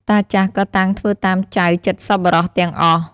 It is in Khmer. តាចាស់ ក៏តាំងធ្វើតាមចៅចិត្តសប្បុរសទាំងអស់ ។